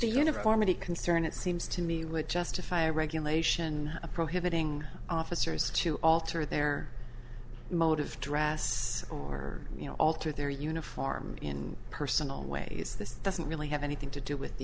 uniformity concern it seems to me would justify regulation prohibiting officers to alter their motive to dress or you know alter their uniform in personal ways this doesn't really have anything to do with the